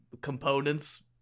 components